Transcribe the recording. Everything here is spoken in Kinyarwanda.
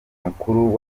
mukuru